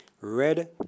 red